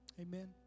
Amen